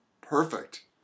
Perfect